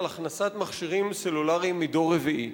על הכנסת מכשירים סלולריים מדור רביעי.